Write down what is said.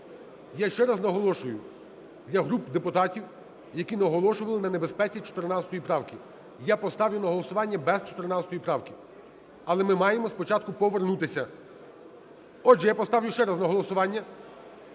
Я ще раз наголошую для груп депутатів, які наголошували на небезпеці 14 правки: я поставлю на голосування без 14 правки, але ми маємо спочатку повернутися. Отже, я поставлю ще раз на голосування.